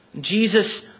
Jesus